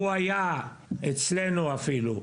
הוא היה אצלינו אפילו,